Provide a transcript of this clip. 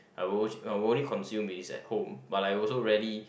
I will I will only consume is at home but I also rarely